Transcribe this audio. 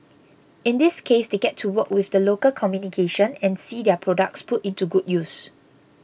in this case they get to work with the local communication and see their products put into good use